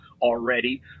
already